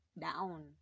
down